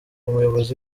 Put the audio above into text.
umuyobozi